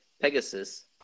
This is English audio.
Pegasus